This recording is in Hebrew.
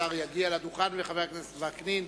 השר יגיע לדוכן, וחבר הכנסת וקנין,